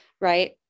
Right